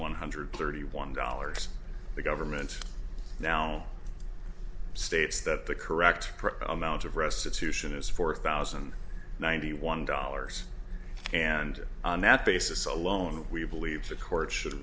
one hundred thirty one dollars the government now states that the correct amount of restitution is four thousand and ninety one dollars and on that basis alone we believe the court should